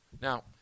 now